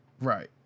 Right